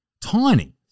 Tiny